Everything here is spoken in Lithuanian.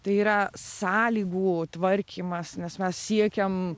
tai yra sąlygų tvarkymas nes mes siekiam